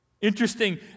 Interesting